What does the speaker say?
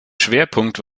schwerpunkt